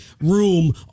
room